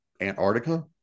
Antarctica